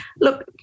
Look